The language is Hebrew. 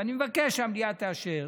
ואני מבקש שהמליאה תאשר,